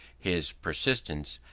his persistence,